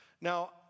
Now